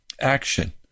action